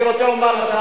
אני רוצה לומר לך,